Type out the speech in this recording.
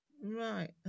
Right